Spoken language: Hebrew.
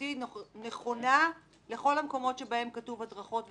התייחסותי נכונה לכל המקומות שבהם כתוב הדרכות,